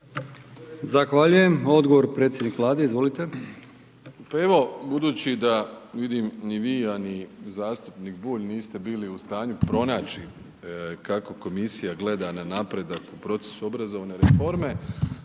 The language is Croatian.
Zahvaljujem. Odgovor predsjednik Vlade, izvolite. **Plenković, Andrej (HDZ)** Pa evo budući da vidim ni vi, a ni zastupnik Bulj niste bili u stanju pronaći kako komisija gleda na napredak u procesu obrazovne reforme,